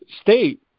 state